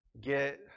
get